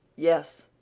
yes,